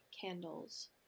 candles